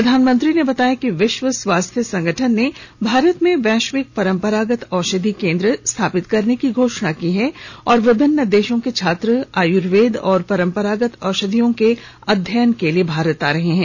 प्रधानमंत्री ने बताया कि विश्व स्वास्थ्य संगठन ने भारत में वैश्विक परंपरागत औषधि केंद्र स्थापित करने की घोषणा की है और विभिन्न देशों के छात्र आयुर्वेद और परंपरागत औषधियों के अध्ययन के लिए भारत आ रहे हैं